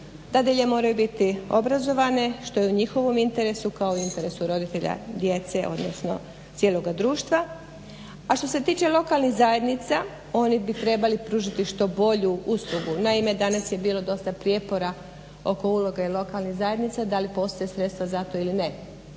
Dadilje moraju biti obrazovane što je u njihovom interesu kao i u interesu roditelja djece odnosno cijeloga društva. A što se tiče lokalnih zajednica, oni bi trebali pružiti dodatnu uslugu. Naime danas je bilo dosta prijepora oko uloge lokalnih zajednica, da li postoje sredstva za to ili ne.